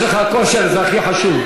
יש לך כושר, זה הכי חשוב.